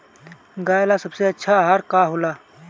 गाय ला सबसे अच्छा आहार का होला?